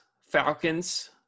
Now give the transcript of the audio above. Falcons